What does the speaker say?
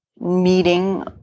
meeting